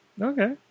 Okay